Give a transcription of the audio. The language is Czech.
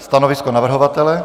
Stanovisko navrhovatele?